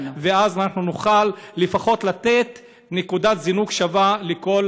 אז נוכל לפחות לתת נקודת זינוק שווה לכל